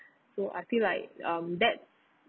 so I feel like um that